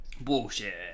Bullshit